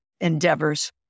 endeavors